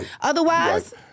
otherwise